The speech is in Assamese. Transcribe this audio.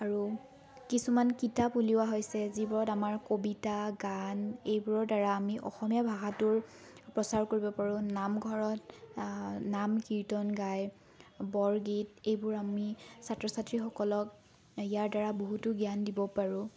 আৰু কিছুমান কিতাপ উলিওৱা হৈছে যিবোৰত আমাৰ কবিতা গান এইবোৰৰ দ্বাৰা আমি অসমীয়া ভাষাটোৰ প্ৰচাৰ কৰিব পাৰোঁ নামঘৰত নাম কীৰ্তন গাই বৰগীত এইবোৰ আমি ছাত্ৰ ছাত্ৰীসকলক ইয়াৰ দ্বাৰা বহুতো জ্ঞান দিব পাৰোঁ